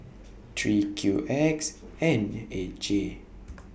three Q X N eight J